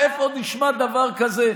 איפה נשמע דבר כזה?